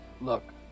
Look